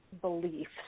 beliefs